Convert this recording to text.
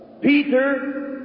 Peter